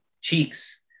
cheeks